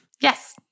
Yes